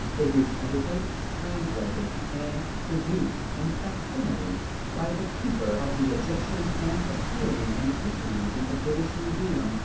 it is edited, translated, and reproduced in fac-simile by the keeper of the egyptian and assyrian antiquities in the british museum,